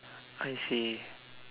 I see